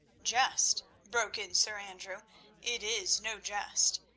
jest? broke in sir andrew it is no jest,